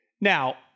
Now